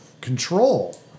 control